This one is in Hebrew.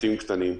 בתים קטנים,